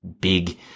big